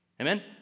Amen